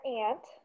aunt